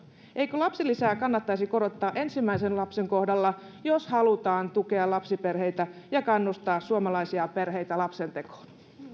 eikö lapsilisää kannattaisi korottaa ensimmäisen lapsen kohdalla jos halutaan tukea lapsiperheitä ja kannustaa suomalaisia perheitä lapsentekoon